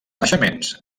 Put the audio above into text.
naixements